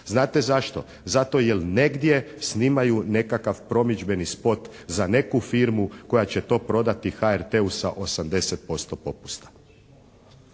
Znate zašto? Zato jer negdje snimaju nekakav promidžbeni spot za neku firmu koja će to prodati HRT-u sa 80% popusta.